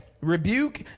rebuke